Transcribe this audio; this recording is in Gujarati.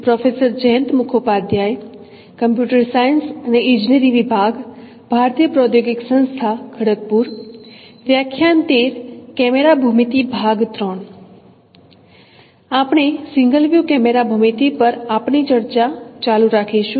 આપણે સિંગલ વ્યૂ કેમેરા ભૂમિતિ પર આપણી ચર્ચા ચાલુ રાખીશું